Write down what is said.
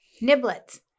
Niblets